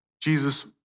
Jesus